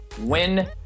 win